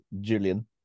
Julian